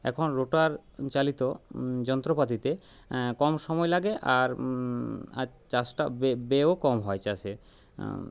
এখন রোটার চালিত যন্ত্রপাতিতে কম সময় লাগে আর চাষটা ব্যয়ও কম হয় চাষের